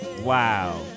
Wow